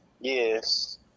Yes